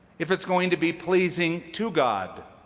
if it's going to be pleasing to god.